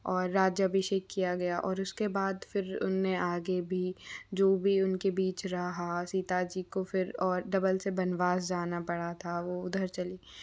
और राज्याभिषेक किया गया और उसके बाद फिर उनने आगे भी जो भी उनके बीच रहा सीता जी को फिर और से वनवास जाना पड़ा था वो उधर चली